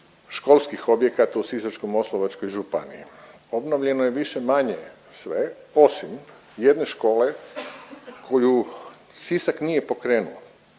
školskih objekata u Sisačko-moslavačkoj županiji. Obnovljeno je više-manje sve osim jedne škole koju Sisak nije pokrenuo